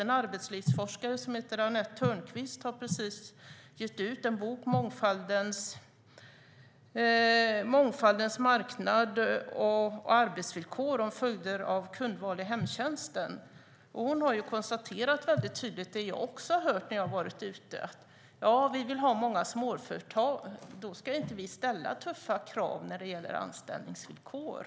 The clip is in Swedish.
En arbetslivsforskare som heter Annette Törnquist har precis gett ut en bok, Mångfaldens marknad och arbetets villkor , om följder av kundval i hemtjänsten. Hon har tydligt konstaterat det jag också har hört när jag har varit ute: Ja, vi vill ha många småföretag. Då ska vi inte ställa tuffa krav när det gäller anställningsvillkor.